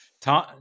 Tom